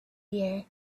year